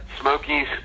Smokies